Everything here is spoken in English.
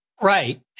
Right